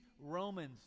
Romans